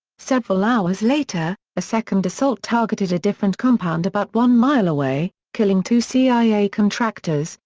several hours later, a second assault targeted a different compound about one mile away, killing two cia contractors,